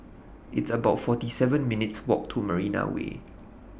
It's about forty seven minutes' Walk to Marina Way